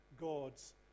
God's